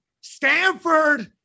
Stanford